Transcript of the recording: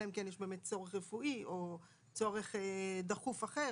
אלא אם כן יש באמת צורך רפואי או צורך דחוף אחר.